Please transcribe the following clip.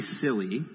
silly